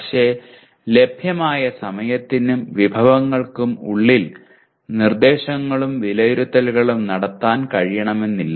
പക്ഷേ ലഭ്യമായ സമയത്തിനും വിഭവങ്ങൾക്കും ഉള്ളിൽ നിർദ്ദേശങ്ങളും വിലയിരുത്തലുകളും നടത്താൻ കഴിയണമെന്നില്ല